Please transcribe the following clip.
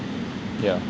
yeah